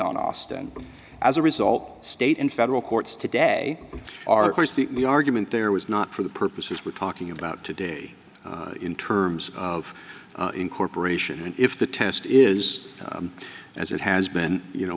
on austin as a result state in federal courts today are course the argument there was not for the purposes we're talking about today in terms of incorporation and if the test is as it has been you know